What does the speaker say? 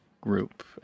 group